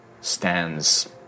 stands